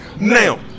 now